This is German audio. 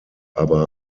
aber